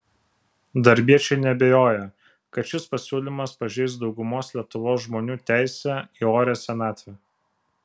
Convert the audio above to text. darbiečiai neabejoja kad šis pasiūlymas pažeis daugumos lietuvos žmonių teisę į orią senatvę